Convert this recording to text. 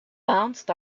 bounced